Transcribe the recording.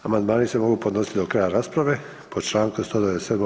Amandmani se mogu podnositi do kraja rasprave po Članku 197.